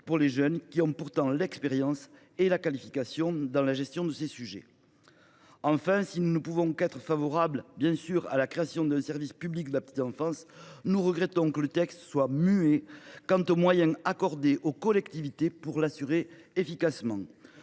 pour les jeunes, qui bénéficient pourtant d’une expérience et d’une qualification dans la gestion de ces sujets. Enfin, si nous ne pouvons qu’être favorables à la création d’un service public de la petite enfance, nous regrettons que le texte reste muet quant aux moyens accordés aux collectivités pour l’assurer efficacement.